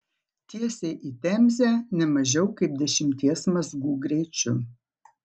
tiesiai į temzę ne mažiau kaip dešimties mazgų greičiu